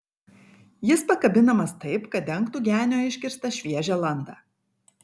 jis pakabinamas taip kad dengtų genio iškirstą šviežią landą